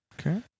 Okay